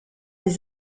des